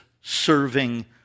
serving